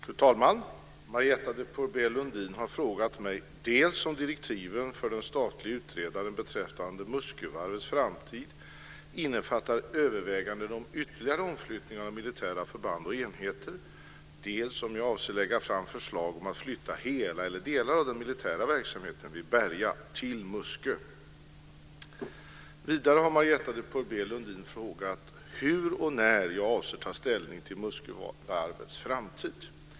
Fru talman! Marietta de Pourbaix-Lundin har frågat mig dels om direktiven för den statlige utredaren beträffande Muskövarvets framtid innefattar överväganden om ytterligare omflyttningar av militära förband och enheter, dels om jag avser lägga fram förslag om att flytta hela eller delar av den militära verksamheten vid Berga till Muskö. Vidare har Marietta de Pourbaix-Lundin frågat hur och när jag avser att ta ställning till Muskövarvets framtid.